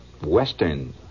Western